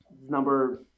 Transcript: number